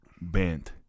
bent